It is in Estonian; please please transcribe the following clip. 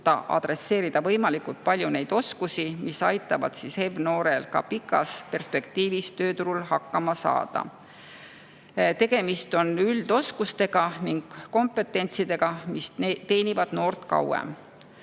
adresseerida võimalikult palju neid oskusi, mis aitavad HEV-noorel ka pikas perspektiivis tööturul hakkama saada. Tegemist on üldoskustega ning kompetentsiga, mis teenivad noort